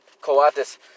Coates